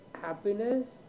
happiness